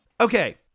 Okay